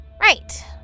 Right